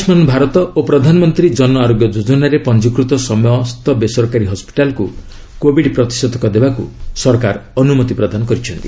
ଆୟୁଷ୍ମାନ୍ ଭାରତ ଓ ପ୍ରଧାନମନ୍ତ୍ରୀ ଜନଆରୋଗ୍ୟ ଯୋଜନାରେ ପଞ୍ଜିକୃତ ସମସ୍ତ ବେସରକାରୀ ହସ୍କିଟାଲ୍କୁ କୋବିଡ୍ ପ୍ରତିଷେଧକ ଦେବାକୁ ସରକାର ଅନୁମତି ପ୍ରଦାନ କରିଛନ୍ତି